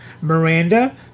Miranda